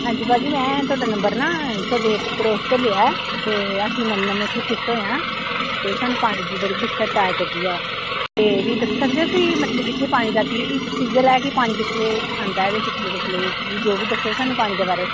ਹਾਂਜੀ ਭਾਅ ਜੀ ਮੈਂ ਤੁਹਾਡਾ ਨੰਬਰ ਨਾ ਤੁਹਾਡੇ ਪੜੋਸ ਤੋਂ ਲਿਆ ਅਤੇ ਅਸੀਂ ਨਵੇਂ ਨਵੇਂ ਇੱਥੇ ਸਿਫਟ ਹੋਏ ਹਾਂ ਅਤੇ ਸਾਨੂੰ ਪਾਣੀ ਦੀ ਬੜੀ ਦਿੱਕਤ ਆਇਆ ਕਰਦੀ ਹੈ ਤਾਂ ਤੁਸੀਂ ਦੱਸ ਸਕਦੇ ਹੋ ਕਿ ਮਤਲਬ ਕਿ ਇੱਥੇ ਪਾਣੀ ਦਾ ਕੀ ਪ੍ਰੋਸੀਜਰ ਹੈ ਕਿ ਪਾਣੀ ਕਿਸ ਵੇਲੇ ਆਉਂਦਾ ਅਤੇ ਜੋ ਵੀ ਦੱਸੋ ਸਾਨੂੰ ਪਾਣੀ ਦੇ ਬਾਰੇ